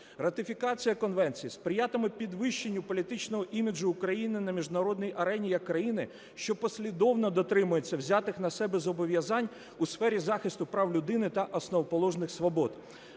Ратифікація Конвенції сприятиме підвищенню політичного іміджу України на міжнародній арені як країни, що послідовно дотримується взятих на себе зобов'язань у сфері захисту прав людини та основоположних свобод.